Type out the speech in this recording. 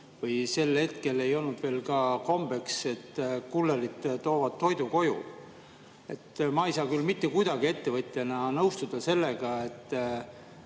Või siis sel ajal ei olnud kombeks, et kullerid toovad toidu koju? Ma ei saa küll mitte kuidagi ettevõtjana nõustuda sellega, et